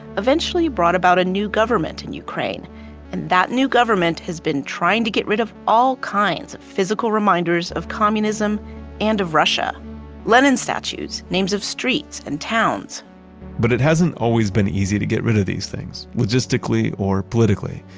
eventually brought about a new government in ukraine and that new government has been trying to get rid of all kinds of physical reminders of communism and of russia lenin statues, names of streets and towns but it hasn't always been easy to get rid of these things, logistically or politically,